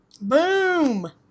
Boom